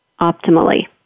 optimally